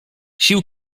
sił